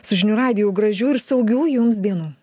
su žinių radiju gražių ir saugių jums dienų